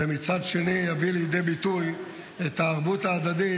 ומצד שני יביא לידי ביטוי את הערבות ההדדית,